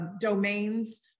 domains